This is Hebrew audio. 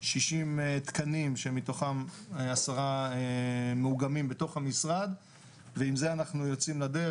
60 תקנים שמתוכם עשרה מאוגמים בתוך המשרד ועם זה אנחנו יוצאים לדרך.